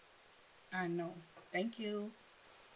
ah no thank you